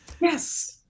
Yes